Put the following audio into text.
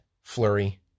flurry